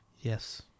Yes